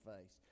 face